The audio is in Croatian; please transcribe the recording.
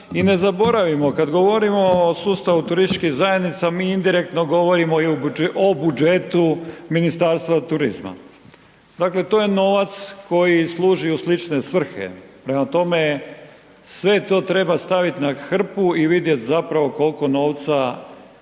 i ne zaboravimo kad govorimo o sustavu turističkih zajednica mi indirektno govorimo i o budžetu Ministarstva turizma, dakle to je novac koji služi u slične svrhe. Prema tome, sve to treba stavit na hrpu i vidjet zapravo koliko novca